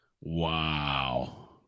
wow